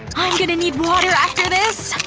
i'm gonna need water after this!